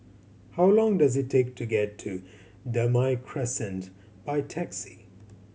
how long does it take to get to Damai Crescent by taxi